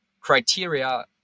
criteria